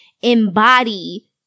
embody